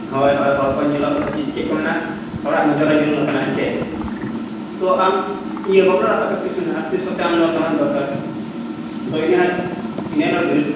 ᱦᱳᱭ ᱦᱳᱭ ᱦᱚᱲᱠᱚ ᱧᱮᱞᱚᱜ ᱪᱮᱫ ᱠᱚ ᱢᱮᱱᱟᱜᱼᱟ ᱦᱚᱲᱟᱜ ᱱᱚᱡᱚᱨ ᱨᱮ ᱧᱮᱞᱚᱜ ᱞᱮᱠᱟᱱᱟᱜ ᱦᱮᱸ ᱥᱮ ᱛᱚ ᱟᱢ ᱤᱭᱟᱹ ᱵᱟᱯᱞᱟ ᱚᱲᱟᱜ ᱛᱟᱯᱮ ᱛᱤᱥ ᱢᱮᱱᱟᱜᱼᱟ ᱟᱨ ᱛᱤᱥ ᱠᱚᱛᱮ ᱟᱢ ᱱᱚᱣᱟ ᱥᱟᱢᱟᱱ ᱫᱚᱨᱠᱟᱨ ᱛᱚ ᱤᱱᱟᱹ ᱤᱱᱟᱹ ᱦᱤᱞᱳᱜ